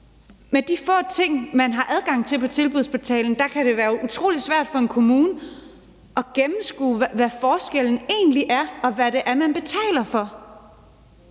Med de få ting, man har adgang til på Tilbudsportalen, kan det være utrolig svært for en kommune at gennemskue, hvad forskellen egentlig er, og hvad det er, man betaler for.